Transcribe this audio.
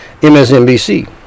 MSNBC